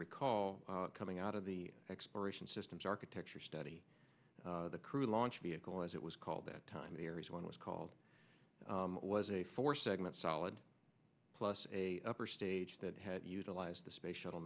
recall coming out of the exploration systems architecture study the crew launch vehicle as it was called that time aries one was called it was a four segment solid plus a upper stage that had utilized the space shuttle